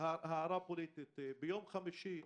ביום חמישי,